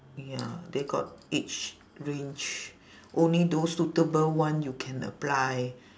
ya they got age range only those suitable one you can apply